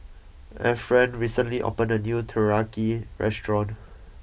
Efren recently opened a new Teriyaki restaurant